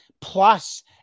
plus